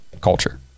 culture